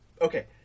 Okay